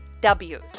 W's